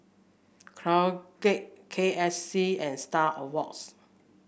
Colgate K S C and Star Awards